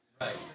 Right